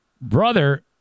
brother